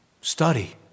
Study